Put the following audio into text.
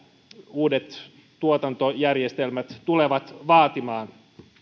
uudet tuotantojärjestelmät tulevat vaatimaan